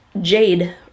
jade